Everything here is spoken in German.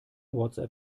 whatsapp